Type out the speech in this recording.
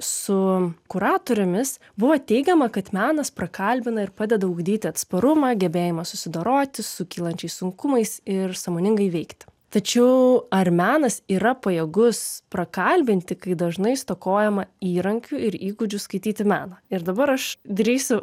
su kuratorėmis buvo teigiama kad menas prakalbina ir padeda ugdyti atsparumą gebėjimą susidoroti su kylančiais sunkumais ir sąmoningai veikti tačiau ar menas yra pajėgus prakalbinti kai dažnai stokojama įrankių ir įgūdžių skaityti meną ir dabar aš drįsiu